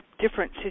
different